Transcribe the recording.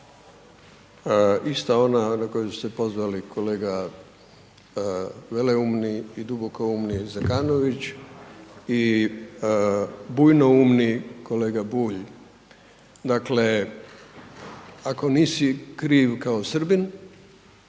Ista ona na koju ste pozvali kolega veleumni i dubokoumni Zekanović Dakle ako nisi kriv kao Srbin,